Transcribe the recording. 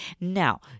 now